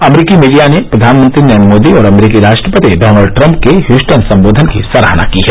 अमरीकी मीडिया ने प्रधानमंत्री नरेन्द्र मोदी और अमरीकी राष्ट्रपति डॉनल्ड ट्रंप के ह्यूस्टन संबोधन की सराहना की है